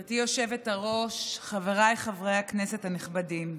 גברתי היושבת-ראש, חבריי חברי הכנסת הנכבדים,